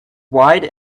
wide